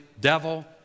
devil